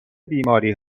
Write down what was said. بیماری